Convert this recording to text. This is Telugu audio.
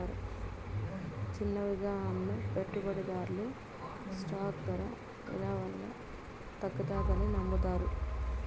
చిన్నవిగా అమ్మే పెట్టుబడిదార్లు స్టాక్ దర ఇలవల్ల తగ్గతాదని నమ్మతారు